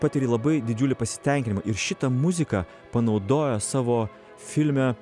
patiri labai didžiulį pasitenkinimą ir šitą muziką panaudojo savo filme